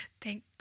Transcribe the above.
thank